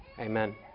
Amen